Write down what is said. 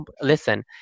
listen